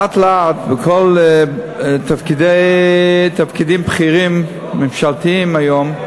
לאט-לאט, בכל התפקידים הבכירים הממשלתיים היום,